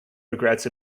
regrets